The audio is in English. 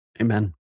Amen